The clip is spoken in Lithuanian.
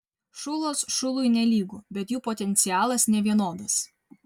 šulas šului nelygu bet jų potencialas nevienodas